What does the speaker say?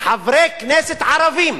חברי כנסת ערבים.